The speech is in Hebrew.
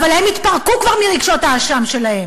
אבל הם יתפרקו כבר מרגשות האשם שלהם.